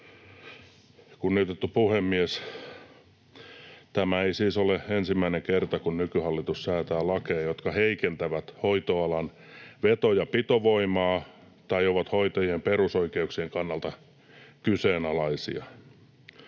Kunnioitettu puhemies! Tämä ei siis ole ensimmäinen kerta, kun nykyhallitus säätää lakeja, jotka heikentävät hoitoalan veto- ja pitovoimaa tai ovat hoitajien perusoikeuksien kannalta kyseenalaisia.